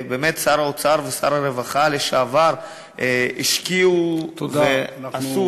ובאמת שר האוצר ושר הרווחה לשעבר השקיעו ועשו,